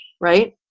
right